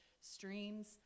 streams